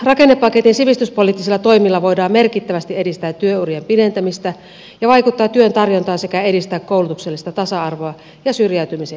rakennepaketin sivistyspoliittisilla toimilla voidaan merkittävästi edistää työurien pidentämistä ja vaikuttaa työn tarjontaan sekä edistää koulutuksellista tasa arvoa ja syrjäytymisen ehkäisemistä